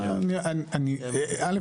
א',